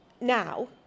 now